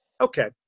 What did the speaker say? okay